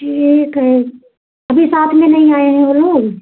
ठीक है अभी साथ में नहीं आएँ हैं वो लोग